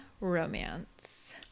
romance